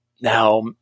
Now